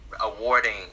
awarding